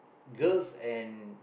girls and